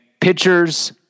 pitchers